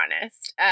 honest